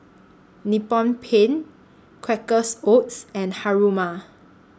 Nippon Paint Quakers Oats and Haruma